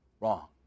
wrong